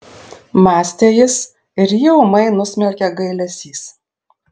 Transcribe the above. mąstė jis ir jį ūmai nusmelkė gailesys